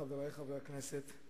חברי חברי הכנסת,